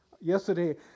Yesterday